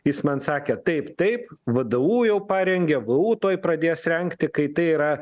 jis man sakė taip taip vdu jau parengė vu tuoj pradės rengti kai tai yra